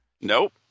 Nope